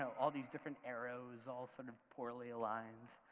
so all these different arrows all sort of poorly aligned,